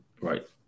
right